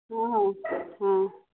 ହଁ ହଁ ହଁ